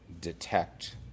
detect